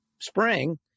spring